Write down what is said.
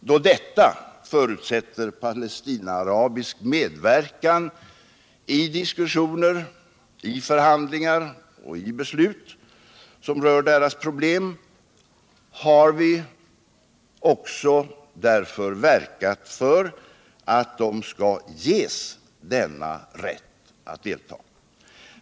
Då detta förutsätter palestinaarabisk medverkan i diskussioner, i förhandlingar och i beslut som rör deras problem, har vi också verkat för att palestinaaraberna skall ges denna rätt att delta.